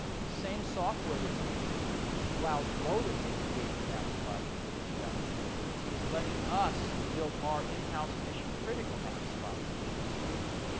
the same software that allows lotus to create their apps five to ten times faster is letting us build our in-house mission-critical apps five to ten times faster.